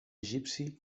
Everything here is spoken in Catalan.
egipci